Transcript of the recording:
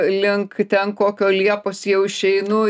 link ten kokio liepos jau išeinu